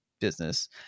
business